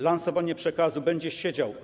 Lansowanie przekazu: będziesz siedział.